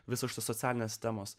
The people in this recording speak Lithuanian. visos socialinės temos